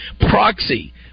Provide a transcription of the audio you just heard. Proxy